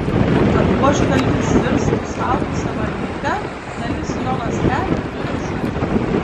kad buožgalvis virstų suaugusia varlyte dalis jo ląstelių turi žūti